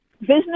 business